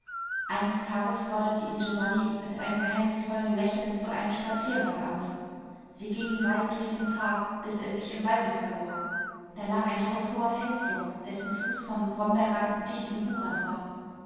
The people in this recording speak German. eines tages forderte ihn giovanni mit einem geheimnisvollen lächeln zu einem spaziergang auf sie gingen weit durch den park bis er sich im walde verlor da lag ein haushoher felsblock dessen fuß von brombeerranken dicht umwuchert war